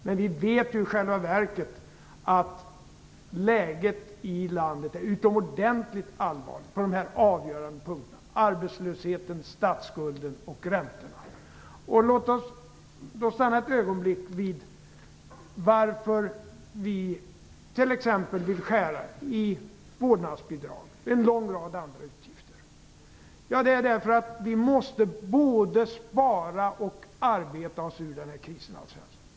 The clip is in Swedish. Men vi vet i själva verket att läget i landet är utomordentligt allvarligt på de avgörande punkterna, dvs. arbetslösheten, statsskulden och räntorna. Låt oss stanna ett ögonblick vid frågan varför vi vill skära i vårdnadsbidraget och en lång rad andra utgifter. Jo, det beror på att vi måste både spara och arbeta oss ur krisen, Alf Svensson.